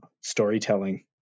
Storytelling